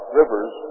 rivers